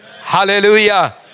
Hallelujah